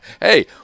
hey